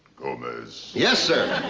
gomez. yes, sir.